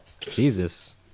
Jesus